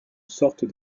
sorte